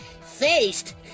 Faced